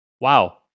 wow